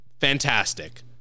Fantastic